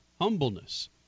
humbleness